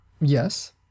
Yes